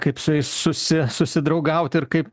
kaip su jais susi susidraugauti ir kaip